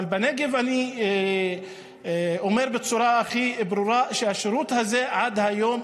אני אומר בצורה הכי ברורה שהשירות הזה עד היום